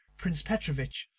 prince petrovitch,